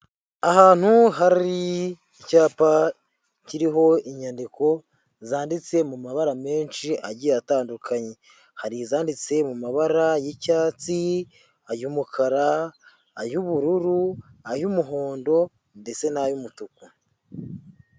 Ahantu hari icyapa kiriho inyandiko zanditse mu mabara menshi agiye atandukanye, hari izananditse mu mabara y'icyatsi, ay'umukara, ay'ubururu, ay'umuhondo, ndetse n'ay'umutuku.